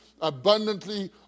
abundantly